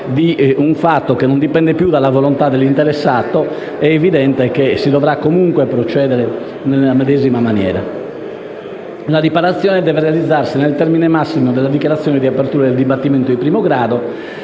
di un fatto che non dipende più dalla volontà dell'interessato, è evidente che si dovrà comunque procedere nella medesima maniera. La riparazione deve realizzarsi nel termine massimo delle dichiarazioni di apertura del dibattimento di primo grado,